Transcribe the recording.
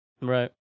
Right